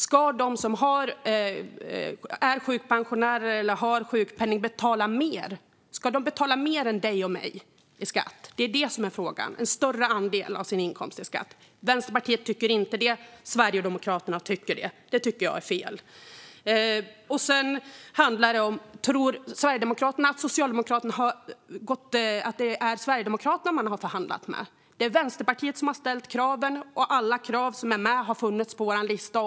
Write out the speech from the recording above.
Ska de som är sjukpensionärer eller har sjukpenning betala mer än dig och mig i skatt? Ska de betala en större andel av sin inkomst i skatt? Det är detta som är frågan. Vänsterpartiet tycker inte det. Sverigedemokraterna tycker det. Det tycker jag är fel. Tror Sverigedemokraterna att det är Sverigedemokraterna som Socialdemokraterna har förhandlat med? Det är Vänsterpartiet som har ställt kraven, och alla krav som är med har funnits på vår lista.